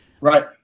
Right